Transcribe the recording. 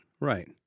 right